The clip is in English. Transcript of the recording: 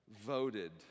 voted